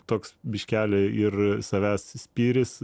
toks biškelį ir savęs spyris